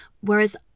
Whereas